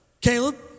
Caleb